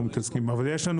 אבל יש לנו